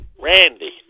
randy